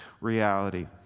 reality